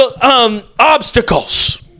obstacles